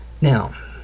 Now